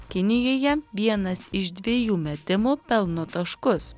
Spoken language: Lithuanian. kinijoje vienas iš dviejų metimų pelno taškus